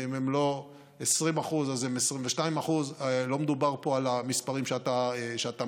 ואם הם לא 20% אז הם 22%. לא מדובר פה על המספרים שאתה מציין.